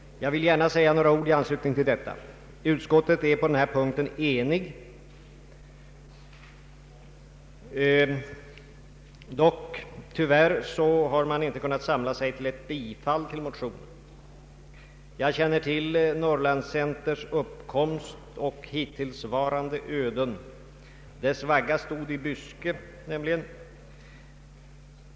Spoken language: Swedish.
Jag vill gärna säga några ord i anslutning till detta. Utskottet är enigt på denna punkt. Tyvärr har man dock inte kunnat samla sig kring ett bifall till motionen. Jag känner till Norrland Centers uppkomst och hittillsvarande öden. Dess vagga stod nämligen i Byske.